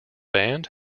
band